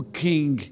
king